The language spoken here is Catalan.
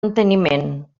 enteniment